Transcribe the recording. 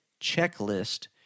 checklist